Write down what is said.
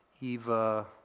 Eva